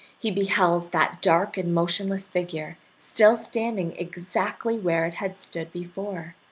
he beheld that dark and motionless figure still standing exactly where it had stood before,